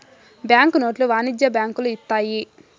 bank నోట్లు వాణిజ్య బ్యాంకులు ఇత్తాయి